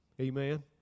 Amen